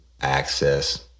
access